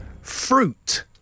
Fruit